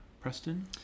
Preston